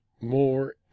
more